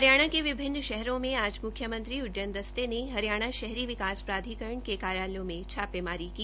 हरियाणा के विभिन्न शहरों में आज मुख्यमंत्री उड्डयन दस्ते ने हरियाणा शहरी विकास प्राधिकरण के कार्यालायों में छापेमारी की